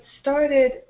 started